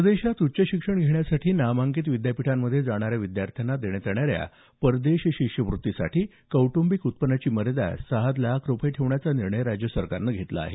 परदेशात उच्चशिक्षण घेण्यासाठी नामांकित विद्यापीठांमध्ये जाणाऱ्या विद्यार्थ्यांना देण्यात येणाऱ्या परदेश शिष्यवृत्तीसाठी कौटुंबिक उत्पन्नाची मर्यादा सहा लाख रुपये ठेवण्याचा निर्णय राज्य सरकारनं घेतला आहे